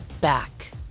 back